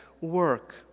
work